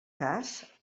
cas